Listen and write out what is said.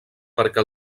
perquè